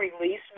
release